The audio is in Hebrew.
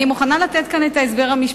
אני מוכנה לתת כאן את ההסבר המשפטי.